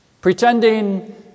pretending